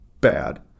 bad